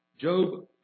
Job